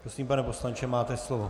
Prosím, pane poslanče, máte slovo.